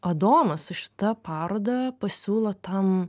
adomas su šita paroda pasiūlo tam